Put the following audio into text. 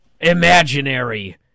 imaginary